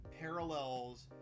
parallels